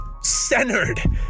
centered